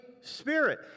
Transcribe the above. Spirit